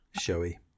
Showy